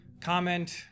comment